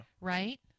Right